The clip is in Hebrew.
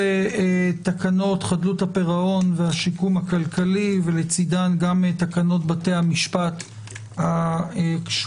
תקנות חדלות הפירעון והשיקום הכלכלי ולצדן גם תקנות בתי המשפט הקשורות